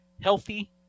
Healthy